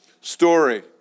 story